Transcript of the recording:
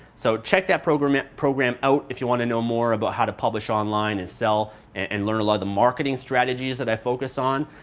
so check that program and program out if you want to know more about how to publish online, and sell and learn the marketing strategies that i focus on,